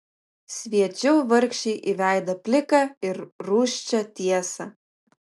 sviedžiau vargšei į veidą pliką ir rūsčią tiesą